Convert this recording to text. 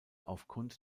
aufgrund